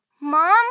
Mom